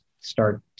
start